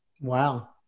Wow